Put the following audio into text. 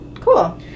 Cool